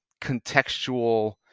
contextual